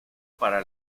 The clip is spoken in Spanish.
para